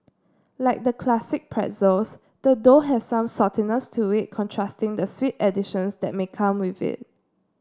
like the classic pretzels the dough has some saltiness to it contrasting the sweet additions that may come with it